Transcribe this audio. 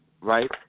right